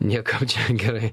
niekam čia gerai